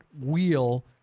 wheel